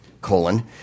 colon